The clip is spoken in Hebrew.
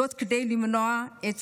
זאת, כדי למנוע את